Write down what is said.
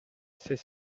c’est